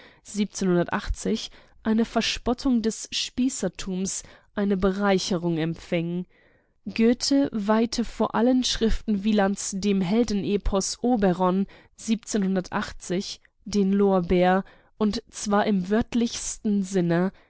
eine verspottung des spießertums bereicherung empfing goethe weihte von allen schriften wielands dem heldenepos oberon den lorbeer und zwar im wörtlichsten sinne